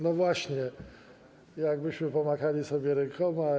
No właśnie, jakbyśmy pomachali sobie rękoma.